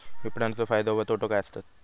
विपणाचो फायदो व तोटो काय आसत?